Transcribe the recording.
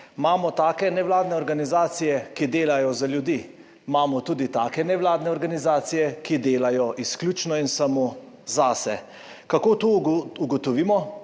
Imamo take nevladne organizacije, ki delajo za ljudi, imamo tudi take nevladne organizacije, ki delajo izključno in samo zase. Kako to ugotovimo?